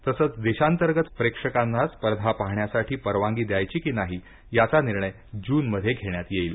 तसचं देशांतर्गत प्रेक्षकांना स्पर्धा पाहण्यासाठी परवानगी द्यायची की नाही याचा निर्णय जून मध्ये घेण्यात येईल